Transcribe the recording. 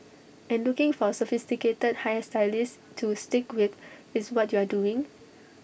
and looking for A sophisticated hair stylist to stick with is what you are doing